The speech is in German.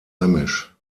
heimisch